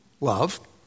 love